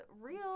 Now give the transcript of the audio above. real